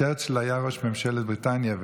צ'רצ'יל היה ראש ממשלת בריטניה,